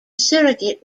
surrogate